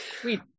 sweet